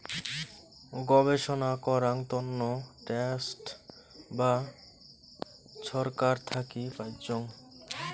গবেষণা করাং তন্ন ট্রাস্ট বা ছরকার থাকি পাইচুঙ